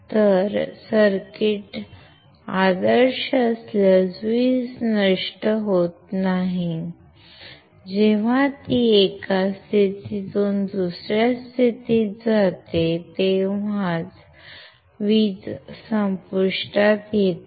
तर सर्किट आदर्श असल्यास वीज नष्ट होत नाही जेव्हा ती एका स्थितीतून दुसऱ्या स्थितीत जाते तेव्हाच वीज संपुष्टात येते